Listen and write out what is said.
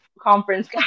Conference